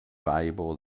valuable